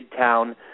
Midtown